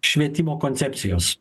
švietimo koncepcijos